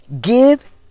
Give